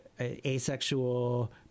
asexual